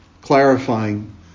clarifying